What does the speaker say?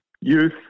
youth